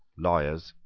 lawyers,